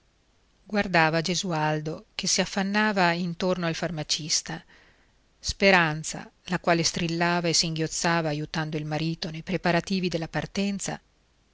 nere guardava gesualdo che si affannava intorno al farmacista speranza la quale strillava e singhiozzava aiutando il marito ne preparativi della partenza